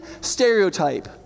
stereotype